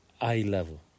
eye-level